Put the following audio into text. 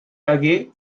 hagué